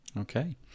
Okay